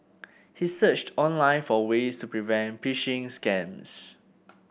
he searched online for ways to prevent phishing scams